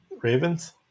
Ravens